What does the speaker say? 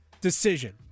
decision